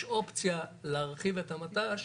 יש אופציה להרחיב את המט"ש